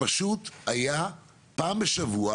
ופשוט פעם בשבוע